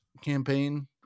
campaign